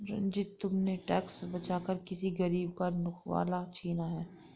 रंजित, तुमने टैक्स बचाकर किसी गरीब का निवाला छीना है